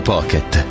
Pocket